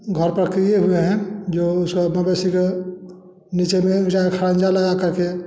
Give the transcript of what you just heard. घर पर किए हुए हैं जो उसको मवेशी को नीचे नहीं वो जाए खरंजा लगाकर के